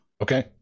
Okay